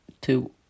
two